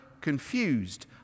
confused